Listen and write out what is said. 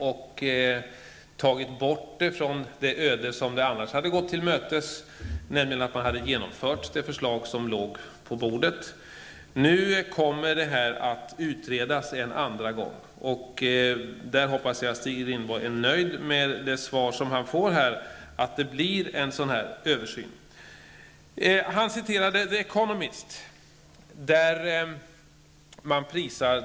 Därmed undviks det öde som detta projekt annars hade gått till mötes, nämligen att det förslag som låg på bordet hade genomförts. Det här kommer att utredas en andra gång. Jag hoppas att Stig Rindborg är nöjd med mitt svar här, nämligen att det blir en översyn i detta sammanhang. Stig Rindborg citerade ur ''The Economist''.